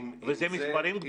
וזה מספרים גדולים מאוד.